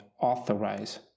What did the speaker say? authorize